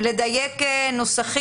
לדייק נוסחים.